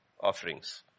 offerings